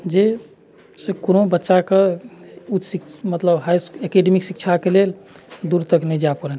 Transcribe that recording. जाहि से कोनो बच्चाके उच्च शिक्षा मतलब हाइ एकेडमिक शिक्षाके लेल दूर तक नहि जाए पड़नि